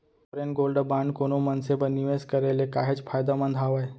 sovereign gold bond कोनो मनसे बर निवेस करे ले काहेच फायदामंद हावय